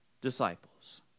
disciples